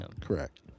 Correct